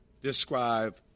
describe